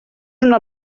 una